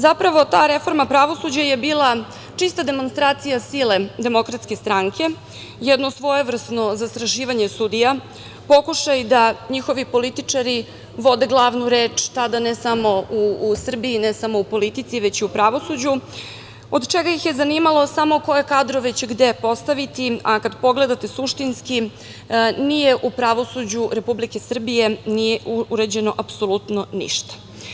Zapravo, ta reforma pravosuđa je bila čista demonstracija sile Demokratske stranke, jedno svojevrsno zastrašivanje sudija, pokušaj da njihovi političari vode glavnu reč, tada ne samo u Srbiji, ne samo u politici već i u pravosuđu od čega ih je zanimalo koje kadrove će gde postaviti, a kad pogledate suštinski u pravosuđu Republike Srbije nije uređeno apsolutno ništa.